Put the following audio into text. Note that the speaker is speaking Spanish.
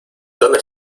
dónde